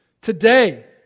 Today